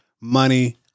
money